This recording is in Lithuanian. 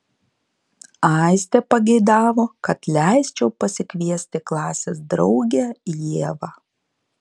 aistė pageidavo kad leisčiau pasikviesti klasės draugę ievą